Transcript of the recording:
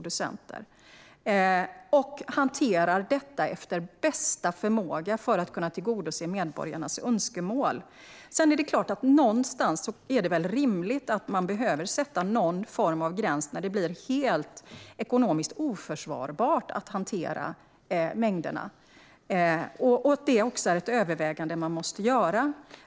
Detta hanterar man efter bästa förmåga för att kunna tillgodose medborgarnas önskemål. Det är klart att det någonstans är rimligt att man behöver sätta någon form av gräns för när det blir ekonomiskt oförsvarbart att hantera mängderna. Det är ett övervägande man måste göra.